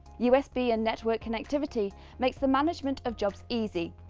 usb and network connectivity makes the management of jobs easy,